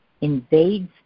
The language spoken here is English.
invades